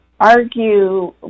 argue